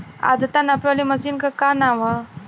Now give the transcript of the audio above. आद्रता नापे वाली मशीन क का नाव बा?